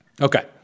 Okay